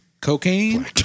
Cocaine